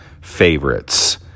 favorites